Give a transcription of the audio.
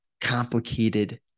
complicated